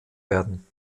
werden